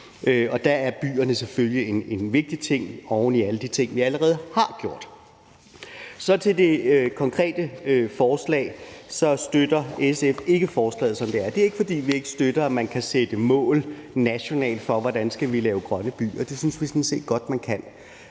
Og der er byerne selvfølgelig en vigtig ting oveni alt det, vi allerede har gjort. Med hensyn til det konkrete forslag støtter SF ikke forslaget, som det er. Det er ikke, fordi vi ikke støtter, at man nationalt kan sætte mål for, hvordan vi skal lave grønne byer. Det synes vi sådan set godt man kan.